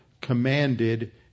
commanded